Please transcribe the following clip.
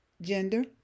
gender